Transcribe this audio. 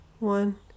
One